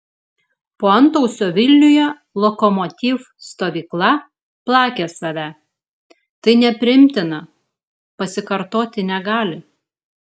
po antausio vilniuje lokomotiv stovykla plakė save tai nepriimtina pasikartoti negali